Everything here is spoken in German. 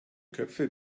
köpfe